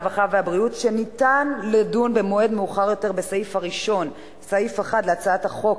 הרווחה והבריאות שניתן לדון במועד מאוחר יותר בסעיף 1 להצעת החוק,